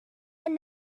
and